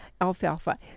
alfalfa